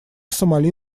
сомали